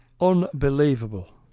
Unbelievable